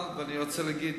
אני רוצה להגיד